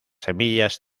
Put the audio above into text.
semillas